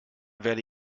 werde